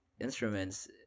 instruments